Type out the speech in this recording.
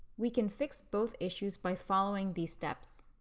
we can fix both issues by following these steps.